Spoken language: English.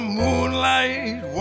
moonlight